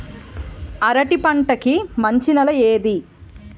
అరటి పంట కి మంచి నెల ఏది?